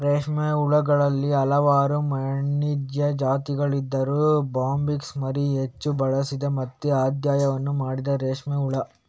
ರೇಷ್ಮೆ ಹುಳುಗಳಲ್ಲಿ ಹಲವಾರು ವಾಣಿಜ್ಯ ಜಾತಿಗಳಿದ್ದರೂ ಬಾಂಬಿಕ್ಸ್ ಮೋರಿ ಹೆಚ್ಚು ಬಳಸಿದ ಮತ್ತೆ ಅಧ್ಯಯನ ಮಾಡಿದ ರೇಷ್ಮೆ ಹುಳು